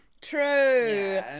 True